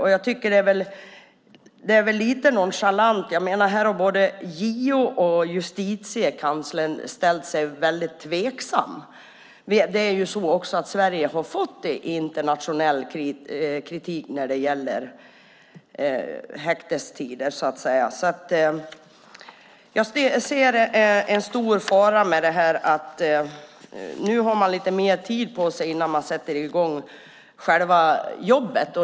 Detta är väl lite nonchalant. Här har både JO och Justitiekanslern ställt sig väldigt tveksamma. Det är också så att Sverige har fått internationell kritik när det gäller häktestider. Jag ser en stor fara med det här. Nu har man lite mer tid på sig innan man sätter i gång själva jobbet.